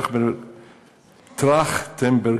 טרכטנברג,